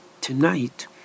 tonight